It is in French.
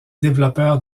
développeurs